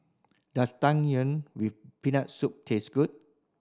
does Tang Yuen with Peanut Soup taste good